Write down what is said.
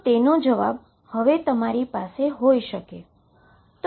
તો તેનો જવાબ તમારી પાસે હોઈ શકે તે